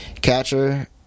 Catcher